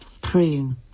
Prune